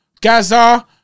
Gaza